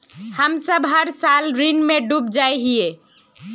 हम सब हर साल ऋण में डूब जाए हीये?